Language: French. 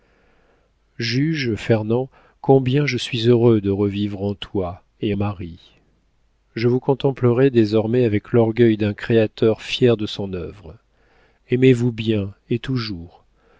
combien je suis heureux de revivre en toi et en marie je vous contemplerai désormais avec l'orgueil d'un créateur fier de son œuvre aimez-vous bien et toujours